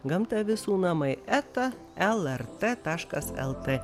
gamta visų namai eta lrtlt